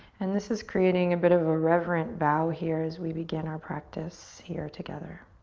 and this is creating a bit of a reverent bow here as we begin our practice here together.